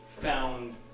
found